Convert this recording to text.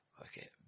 Okay